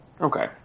Okay